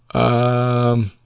a